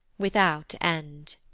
without end.